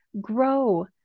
grow